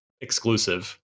exclusive